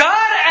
God